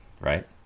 right